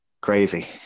crazy